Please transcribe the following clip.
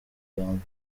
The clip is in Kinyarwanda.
magambo